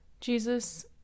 Jesus